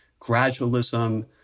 gradualism